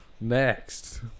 Next